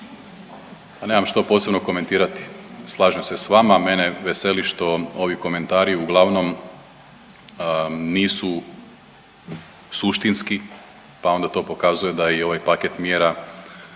nemam što posebno komentirati. Slažem se s vama, mene veseli što ovi komentari uglavnom nisu suštinski, pa onda to pokazuje da je i ovaj paket mjera